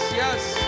yes